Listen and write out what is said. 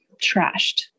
trashed